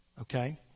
Okay